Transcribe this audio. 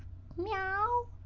meow!